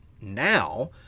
now